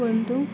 ಒಂದು